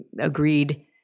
agreed